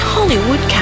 Hollywood